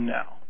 now